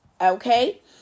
Okay